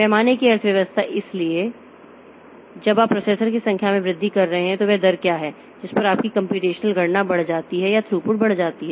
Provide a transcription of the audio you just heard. पैमाने की अर्थव्यवस्था इसलिए जब आप प्रोसेसर की संख्या में वृद्धि कर रहे हैं तो वह दर क्या है जिस पर आपकी कम्प्यूटेशनल गणना बढ़ जाती है या थ्रूपुट बढ़ जाती है